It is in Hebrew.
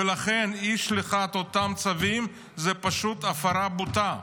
ולכן אי-שליחת אותם צווים זה פשוט הפרה בוטה.